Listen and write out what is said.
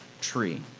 tree